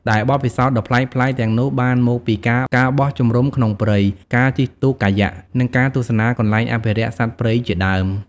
ដែលបទពិសោធន៍ដ៏ប្លែកៗទាំងនោះបានមកពីការ ការបោះជំរុំក្នុងព្រៃ ការជិះទូកកាយ៉ាក់ និងការទស្សនាកន្លែងអភិរក្សសត្វព្រៃជាដើម។